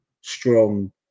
strong